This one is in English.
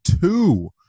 two